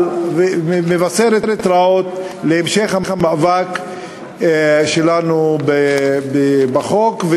מבשרת רעות להמשך המאבק שלנו בחוק,